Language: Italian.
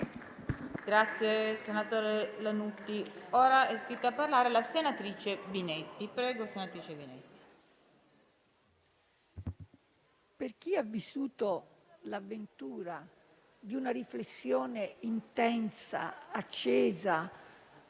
per chi ha vissuto l'avventura di una riflessione intensa, accesa,